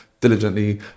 diligently